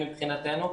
מבחינתנו,